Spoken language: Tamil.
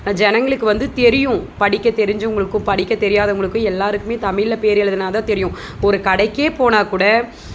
ஜனங்களுக்கு வந்து தெரியும் படிக்க தெரிஞ்சவங்களுக்கும் படிக்க தெரியாதவங்களுக்கும் எல்லாருக்குமே தமிழில் பெரு எழுதுனால் தான் தெரியும் ஒரு கடைக்கே போனால் கூட